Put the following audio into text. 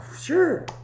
Sure